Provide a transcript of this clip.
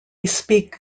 speak